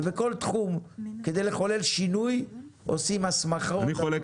ובכל תחום כדי לחולל שינוי, עושים הסמכות.